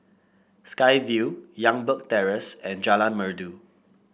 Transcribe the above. Sky Vue Youngberg Terrace and Jalan Merdu